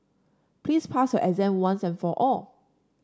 please pass your exam once and for all